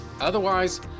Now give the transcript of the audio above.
Otherwise